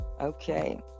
Okay